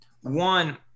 One